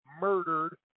murdered